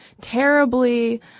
terribly